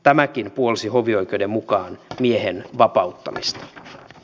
tämäkin puolsi hovioikeuden mukaan miehen vapauttamista